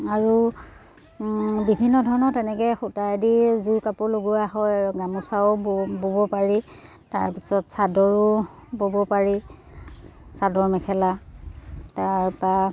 আৰু বিভিন্ন ধৰণৰ তেনেকৈ সূতাই দি যোৰ কাপোৰ লগোৱা হয় আৰু গামোচাও ব'ব পাৰি তাৰপিছত চাদৰো ব'ব পাৰি চাদৰ মেখেলা তাৰপৰা